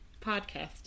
podcast